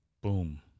boom